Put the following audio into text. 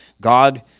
god